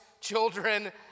children